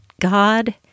God